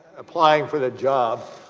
applying for the job,